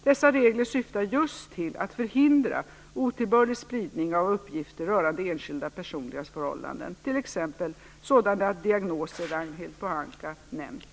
Dessa regler syftar just till att förhindra otillbörlig spridning av uppgifter rörande enskildas personliga förhållanden, t.ex. sådana diagnoser Ragnhild Pohanka nämnt.